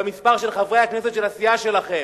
במספר חברי הכנסת של הסיעה שלכם.